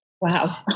Wow